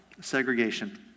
Segregation